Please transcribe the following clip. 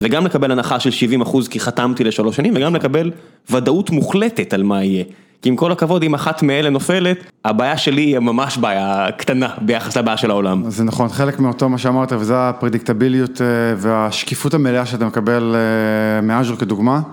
וגם לקבל הנחה של 70% כי חתמתי לשלוש שנים וגם לקבל ודאות מוחלטת על מה יהיה. כי עם כל הכבוד אם אחת מאלה נופלת, הבעיה שלי, תהיה ממש בעיה קטנה, ביחס לבעיה של העולם. זה נכון, חלק מאותו מה שאמרת וזו הפרדיקטביליות והשקיפות המלאה שאתה מקבל מ- AZURE כדוגמה.